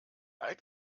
alt